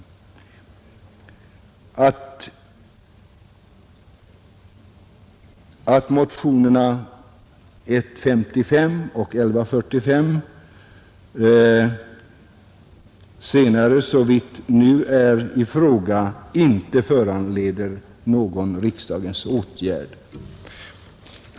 att riksdagen avslår följande motioner Herr talman!